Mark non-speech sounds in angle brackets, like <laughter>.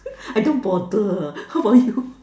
<laughs> I don't bother how about you